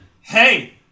Hey